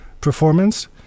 performance